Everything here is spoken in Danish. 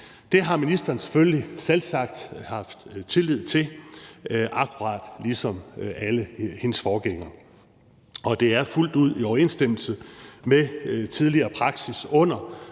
Det har ministeren selvfølgelig haft tillid til, akkurat ligesom alle hendes forgængere. Og det er fuldt ud i overensstemmelse med tidligere praksis under